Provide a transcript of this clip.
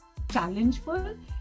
challengeful